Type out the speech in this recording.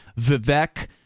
vivek